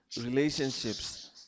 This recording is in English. Relationships